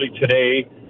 today